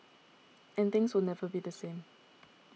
and things will never be the same